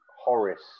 Horace